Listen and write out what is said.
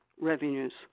revenues